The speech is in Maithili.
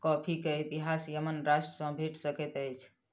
कॉफ़ी के इतिहास यमन राष्ट्र सॅ भेट सकैत अछि